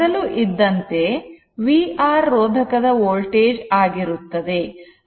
ಮೊದಲು ಇದ್ದಂತೆ vR ರೋಧಕದ ವೋಲ್ಟೇಜ್ ಆಗಿರುತ್ತದೆ